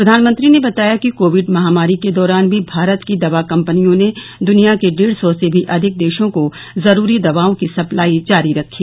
प्रधानमंत्री ने बताया कि कोविड महामारी के दौरान भी भारत की दवा कम्पनियों ने द्निया के डेढ़ सौ से भी अधिक देशों को जरूरी दवाओं की सप्लाई जारी रखी